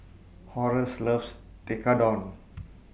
Horace loves Tekkadon